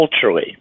culturally